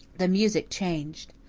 the music changed.